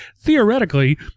theoretically